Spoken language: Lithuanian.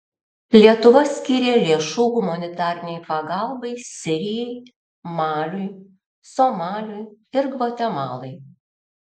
lietuva skyrė lėšų humanitarinei pagalbai sirijai maliui somaliui ir gvatemalai